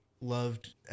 loved